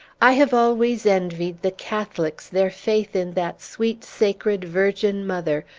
i have always envied the catholics their faith in that sweet, sacred virgin mother,